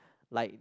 like